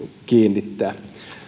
kiinnittää